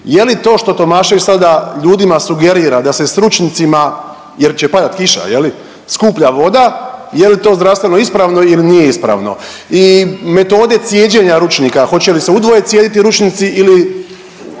Je li to što Tomašević sada ljudima sugerira da se s ručnicima, jer će padat kiša, je li skuplja voda, je li to zdravstveno ispravno ili nije ispravno i metode cijeđenja ručnika. Hoće li se u dvoje cijediti ručnici ili